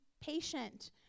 patient